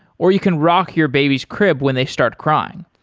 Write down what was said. or you can rock your baby's crib when they start crying.